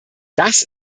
das